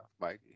Mikey